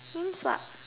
queen sub